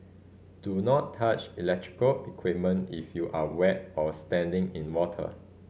do not touch electrical equipment if you are wet or standing in water